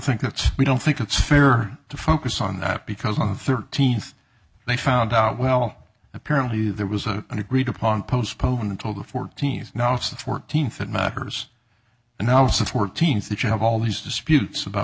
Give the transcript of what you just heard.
think that we don't think it's fair to focus on that because on the thirteenth they found out well apparently there was a agreed upon postponed until the fourteen years now it's the fourteenth that matters and now it's the fourteenth that you have all these disputes about